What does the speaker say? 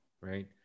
right